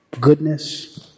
goodness